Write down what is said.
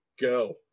go